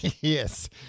Yes